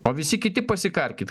o visi kiti pasikarkit